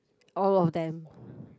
all of them